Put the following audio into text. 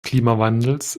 klimawandels